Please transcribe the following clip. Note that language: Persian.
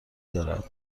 دارد